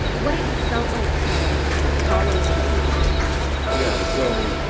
what it felt like to follow in his footsteps yeah. so